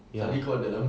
ya